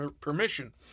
permission